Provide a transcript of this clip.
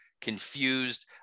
confused